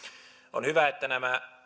on hyvä että nämä